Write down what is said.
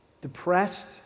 depressed